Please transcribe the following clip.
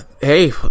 Hey